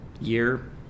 year